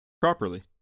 properly